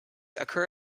occur